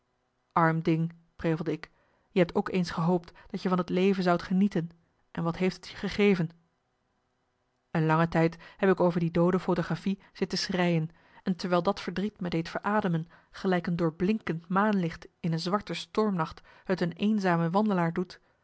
arm ding prevelde ik je hebt ook eens gehoopt dat je van het leven zoudt genieten en wat heeft het je gegeven een lange tijd heb ik over die doode photographie zitten schreien en terwijl dat verdriet me deed verademen gelijk een doorblinkend maanlicht in een zwarte stormnacht het een eenzame wandelaar doet